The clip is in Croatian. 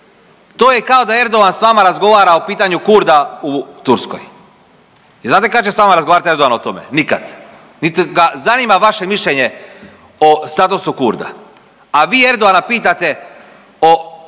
To je kao da Erdogan s vama razgovara o pitanju Kurda u Turskoj. I znate kad će s vama razgovarat Erdogan o tome? Nikad, niti ga zanima vaše mišljenje o, sa odnosu Kurda, a vi Erdogana pitate o